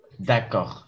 D'accord